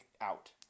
out